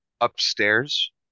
upstairs